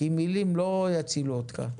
כי מלים לא יצילו אותך.